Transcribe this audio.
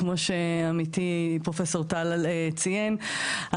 כמו שעמיתי פרופ' טל ציין,